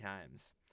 times